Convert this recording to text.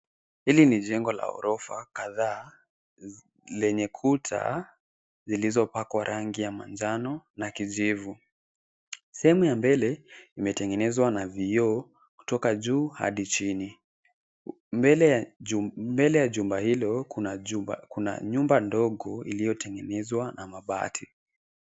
Hili ni jengo la ghorofa kadhaa, lenye kuta zilizopakwa rangi ya manjano na kijivu. Sehemu ya mbele imetengenezwa na vioo kutoka juu hadi chini, mbele ya jumba hilo Kuna nyumba ndogo iliyotengenezwa na mabati.